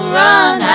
run